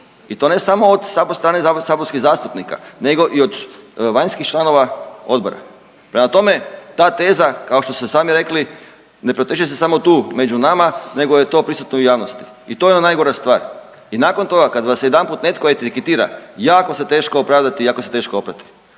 i to ne samo od strane saborskih zastupnika, nego i od vanjskih članova odbora. Prema tome, ta teza kao što ste sami rekli ne proteže se samo tu među nama nego je to prisutno i u javnosti. I to je ona najgora stvar. I nakon toga kad vas jedanput netko etiketira jako se teško opravdati i jako se teško oprati